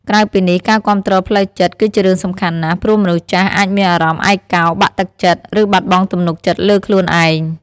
ក្រៅពីនេះ ការគាំទ្រផ្លូវចិត្ត គឺជារឿងសំខាន់ណាស់ ព្រោះមនុស្សចាស់អាចមានអារម្មណ៍ឯកោ បាក់ទឹកចិត្ត ឬបាត់បង់ទំនុកចិត្តលើខ្លួនឯង។